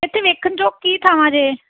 ਇੱਥੇ ਵੇਖਣ ਯੋਗ ਕੀ ਥਾਵਾਂ ਜੇ